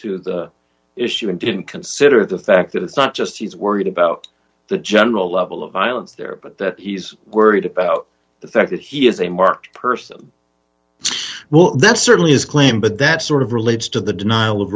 to the issue and didn't consider the fact that it's not just he's worried about the general level of violence there but that he's worried about the fact that he is a marked person well that's certainly his claim but that sort of relates to the denial of